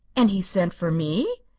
and he sent for me?